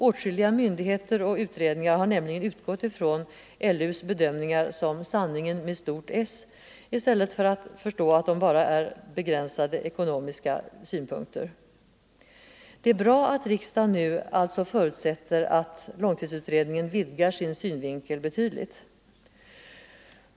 Åtskilliga myndigheter och utredningar har nämligen utgått från långtidsutredningens bedömningar som den stora och enda Sanningen i stället för att förstå att det bara är begränsade ekonomiska synpunkter. Det är bra att riksdagen nu förutsätter att långtidsutredningen vidgar sin synvinkel betydligt.